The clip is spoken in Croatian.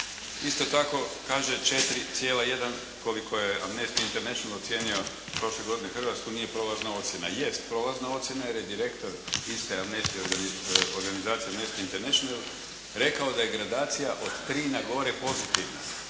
Isto tako kaže 4.1 koliko je Amnesty international ocijenio prošle godine Hrvatsku nije prolazna ocjena. Jest prolazna ocjena jer je direktor iste Amnesty, organizacije Amnesty international rekao da je gradacija od tri na gore pozitivna.